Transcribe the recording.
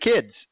kids